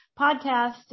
podcast